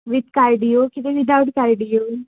with cardio काय without cardio